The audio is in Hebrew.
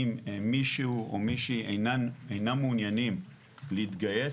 אם מישהו או מישהי אינם מעוניינים להתגייס,